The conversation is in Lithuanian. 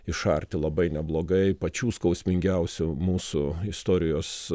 išarti labai neblogai pačių skausmingiausių mūsų istorijos